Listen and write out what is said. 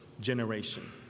generation